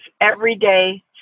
everyday